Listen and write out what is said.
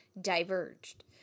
diverged